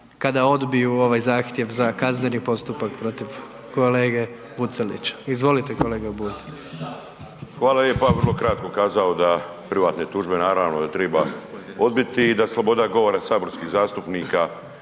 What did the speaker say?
kada odbiju ovaj zahtjev za kazneni postupak protiv kolege Vucelića. Izvolite kolega Bulj. **Bulj, Miro (MOST)** Hvala lijepa. Ja bih vrlo kratko kazao da privatne tužbe naravno da triba odbiti i da sloboda govora saborskih zastupnika,